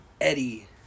Eddie